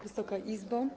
Wysoka Izbo!